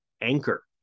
anchor